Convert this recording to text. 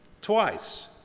twice